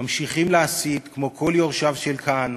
ממשיכים להסית, כמו כל יורשיו של כהנא,